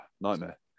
nightmare